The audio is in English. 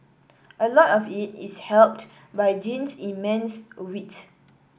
a lot of it is helped by Jean's immense wit